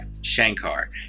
Shankar